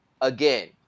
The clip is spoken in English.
Again